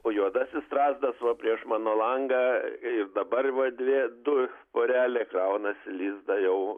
o juodasis strazdas va prieš mano langą ir dabar va dvi du porelė kraunasi lizdą jau